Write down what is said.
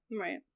Right